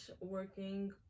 working